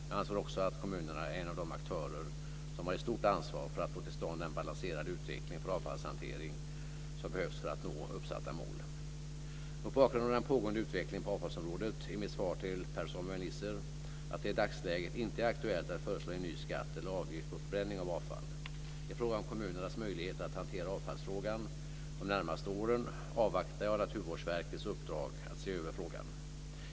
Jag anser också att kommunerna är en av de aktörer som har ett stort ansvar för att få till stånd den balanserade utveckling för avfallshanteringen som behövs för att nå uppsatta mål. Mot bakgrund av den pågående utvecklingen på avfallsområdet är mitt svar till Per-Samuel Nisser att det i dagsläget inte är aktuellt att föreslå en ny skatt eller avgift på förbränning av avfall. I fråga om kommunernas möjligheter att hantera avfallsfrågan de närmaste åren avvaktar jag Naturvårdsverkets uppdrag att se över frågan.